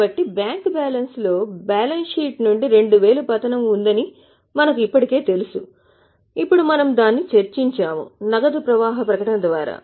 కాబట్టి బ్యాంక్ బ్యాలెన్స్లో balance sheet నుండి 2000 పతనం ఉందని మనకు ఇప్పటికే తెలుసు ఇప్పుడు మనము దానిని చర్చించాము నగదు ప్రవాహ ప్రకటన ద్వారా